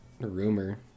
rumor